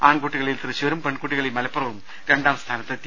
ആൺകുട്ടികളിൽ തൃശൂരും പെൺകുട്ടികളിൽ മലപ്പുറവും രണ്ടാം സ്ഥാനം നേടി